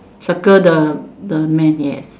circle the the man yes